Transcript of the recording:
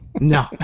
No